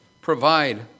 provide